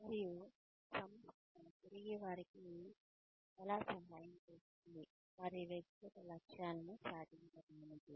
మరియు సంస్థ తిరిగి వారికి సహాయం ఎలా చేస్తుంది వారి వ్యక్తిగత లక్ష్యాలను సాధించండానికి